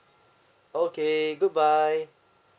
okay good bye